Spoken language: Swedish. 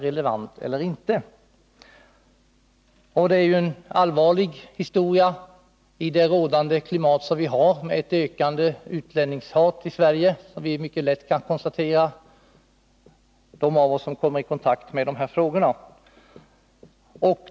Det här är ju en allvarlig historia i det i Sverige nu rådande klimatet med ett ökande utlänningshat. Vi som kommer i kontakt med frågor av detta slag kan mycket lätt konstatera att ett sådant finns.